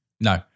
No